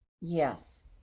yes